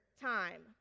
time